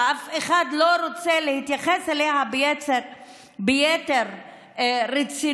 ואף אחד לא רוצה להתייחס אליה ביתר רצינות,